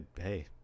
hey